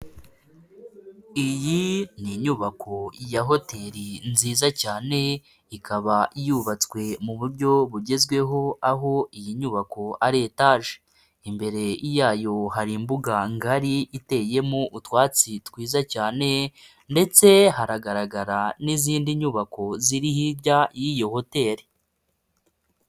Iyi ni inyubako ya hoteri nziza cyane, ikaba yubatswe mu buryo bugezweho, aho iyi nyubako ari etage. Imbere yayo hari imbuga ngari iteyemo utwatsi twiza cyane ndetse haragaragara n'izindi nyubako ziri hirya y'iyo hoteli.